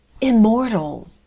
immortal